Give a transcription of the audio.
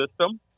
system